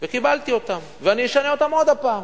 וקיבלתי אותן, ואני אשנה אותן עוד הפעם.